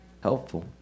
helpful